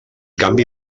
canvi